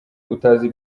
utazi